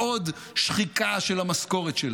מעוד שחיקה של המשכורת שלהם.